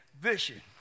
Vision